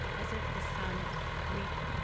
as if the sonnet, brief,